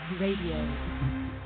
Radio